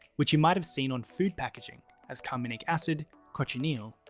which you might have seen on food packaging as carminic acid, cochineal,